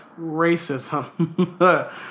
racism